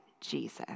Jesus